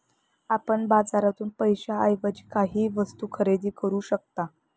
आपण बाजारातून पैशाएवजी काहीही वस्तु खरेदी करू शकता